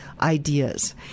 Ideas